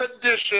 condition